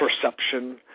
perception